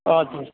हजुर